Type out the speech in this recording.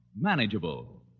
manageable